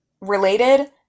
Related